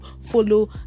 follow